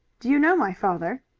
do you know my father?